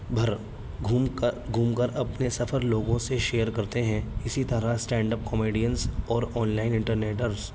بھر گھوم کر گھوم کر اپنے سفر لوگوں سے شیئر کرتے ہیں اسی طرح اسٹینڈ اپ کامیڈینس اور آنلائن انٹرنیٹرس